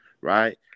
right